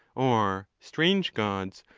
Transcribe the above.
or strange gods,